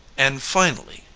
and finally,